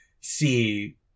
see